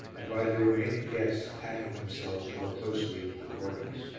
and by the remaining guests packing themselves more closely into the corners.